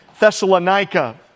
Thessalonica